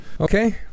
Okay